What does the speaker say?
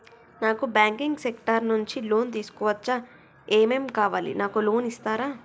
నాకు banking sector నుంచి loan తీసుకోవచ్చా? ఏమేం కావాలి? నాకు లోన్ ఇస్తారా?